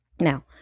Now